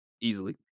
Easily